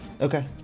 Okay